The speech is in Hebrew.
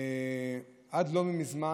עד לא מזמן,